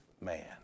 man